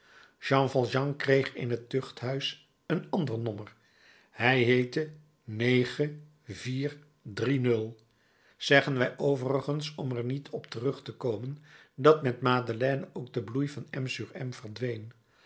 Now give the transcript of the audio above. jean valjean kreeg in het tuchthuis een ander nommer hij heette zeggen wij overigens om er niet op terug te komen dat met madeleine ook de bloei van m sur m verdween